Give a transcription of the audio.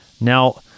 Now